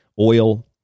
oil